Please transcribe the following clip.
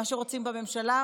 מה שרוצים בממשלה,